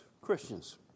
Christians